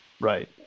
right